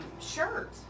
shirt